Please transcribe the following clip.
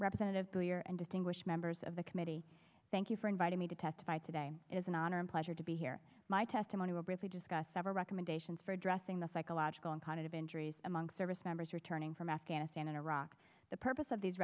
representative here and distinguished members of the committee thank you for inviting me to testify today is an honor and pleasure to be here my testimony will briefly discuss several recommendations for addressing the psychological and kind of injuries among service members returning from afghanistan and iraq the purpose of these